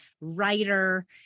writer